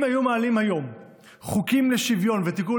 אם היו מעלים היום חוקים לשוויון ותיקון